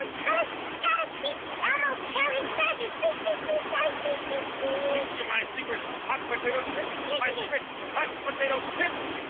and telly's gotta teach elmo how he does it please, please, please telly please, please, please. teach you my secret hot potato tricks? my secret hot potato tips?